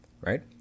right